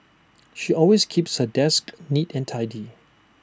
she always keeps her desk neat and tidy